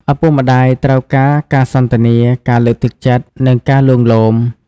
ឪពុកម្តាយត្រូវការការសន្ទនា ការលើកទឹកចិត្ត និងការលួងលោម។